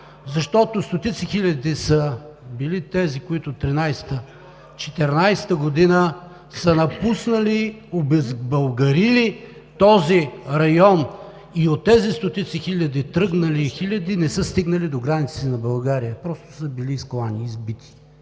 Защото стотици хиляди са били тези, които през 1913-а, 1914 г. са напуснали, обезбългарили този район. И тези тръгнали хиляди и стотици хиляди, не са стигнали до границите на България, просто са били изклани, избити